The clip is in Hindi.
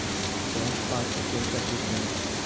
बैंक पासबुक कैसे अपडेट करें?